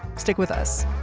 stick with us